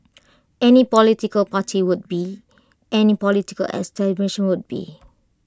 any political party would be any political establishment would be